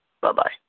Bye-bye